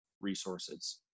resources